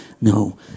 no